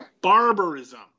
barbarism